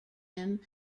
him